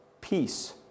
peace